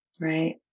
Right